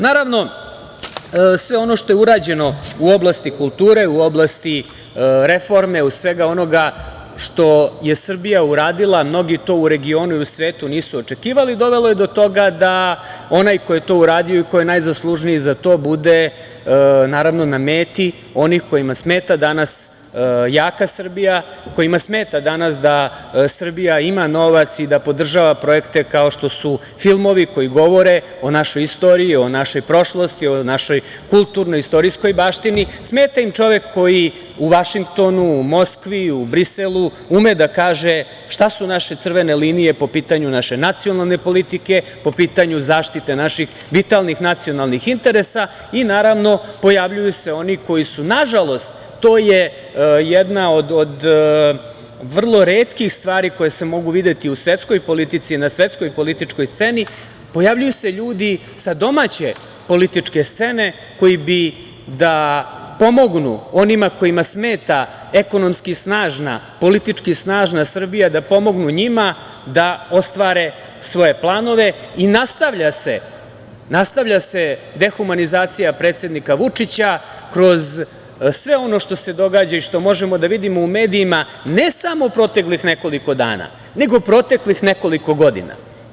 Naravno, sve ono što je urađeno u oblasti kulture, u oblasti reforme i svega onoga što je Srbija uradila, mnogi to u regionu i u svetu nisu očekivali, dovelo je do toga da onaj koji je to uradio i koji je najzaslužniji za to bude na meti onih kojima smeta danas jaka Srbija, kojima smeta danas da Srbija ima novac i da podržava projekte kao što su filmovi koji govore o našoj istoriji, o našoj prošlosti, o našoj kulturno-istorijskoj baštini, smeta im čovek koji u Vašingtonu, u Bosni, u Briselu, ume da kaže šta su naše crvene linije po pitanju naše nacionalne politike, po pitanju zaštite naših vitalnih nacionalnih interesa i, naravno, pojavljuju se oni koji su, nažalost, to je jedna od vrlo retkih stvari koje se mogu videti u svetskoj politici, na svetskoj političkoj sceni, pojavljuju se ljudi sa domaće političke scene koji bi da pomognu onima kojima smeta ekonomski snažna i politički snažna Srbija, da pomognu njima da ostvare svoje planove i nastavlja se dehumanizacija predsednika Vučića kroz sve ono što se događa i što možemo da vidimo u medijima, ne samo proteklih nekoliko dana, nego proteklih nekoliko godina.